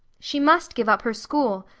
she must give up her school.